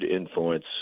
influence